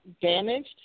damaged